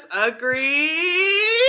agree